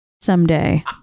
someday